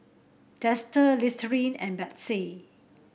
Dester Listerine and Betsy